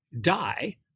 die